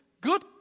good